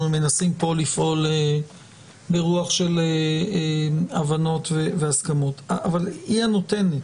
אנחנו מנסים פה לפעול ברוח של הבנות של הסכמות אבל היא הנותנת.